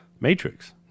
Matrix